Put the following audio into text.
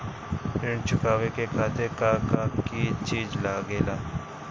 ऋण चुकावे के खातिर का का चिज लागेला?